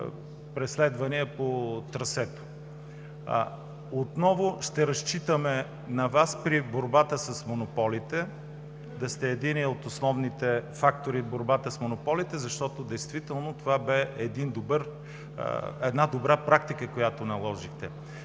преследвания по трасето. Отново ще разчитаме на Вас при борбата с монополите – да сте единият от основните фактори в борбата с тях, защото действително това бе една добра практика, която наложихте.